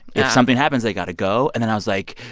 if something happens, they got to go. and then i was like,